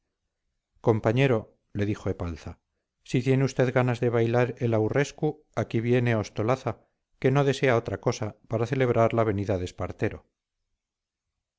compañero le dijo epalza si tiene usted ganas de bailar el aurrescu aquí viene ostolaza que no desea otra cosa para celebrar la venida de espartero